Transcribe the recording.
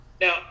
Now